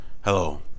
hello